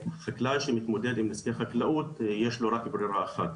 חקלאי שמתמודד עם עסקי חקלאות יש לו רק ברירה אחת.